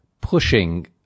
pushing